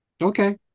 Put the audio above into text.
Okay